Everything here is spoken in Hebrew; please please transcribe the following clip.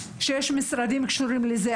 שיש משרדים שקשורים לזה,